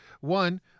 one